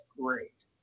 great